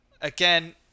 again